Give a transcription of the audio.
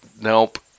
nope